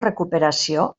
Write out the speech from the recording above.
recuperació